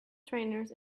trainers